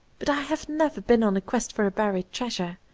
but i have never been on a quest for a buried treasure,